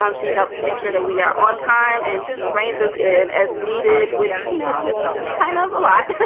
um she helps make sure that we are on time and she races in as needed, which, you know, is kind of a lot.